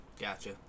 Gotcha